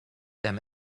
them